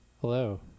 Hello